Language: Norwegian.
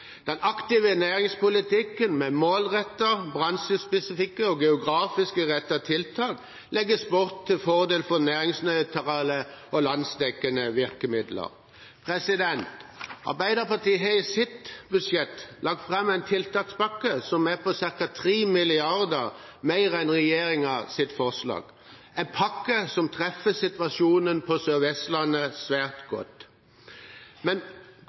Den aktive næringspolitikken, med målrettede, bransjespesifikke og geografisk rettede tiltak, legges bort til fordel for næringsnøytrale og landsdekkende virkemidler. Arbeiderpartiet har i sitt alternative budsjett lagt fram en tiltakspakke som er på ca. 3 mrd. kr mer enn regjeringens forslag. Det er en pakke som treffer situasjonen på Sør-Vestlandet svært godt. Men